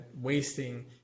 wasting